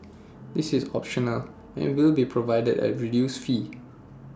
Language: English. this is optional and will be provided at A reduced fee